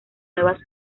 nuevas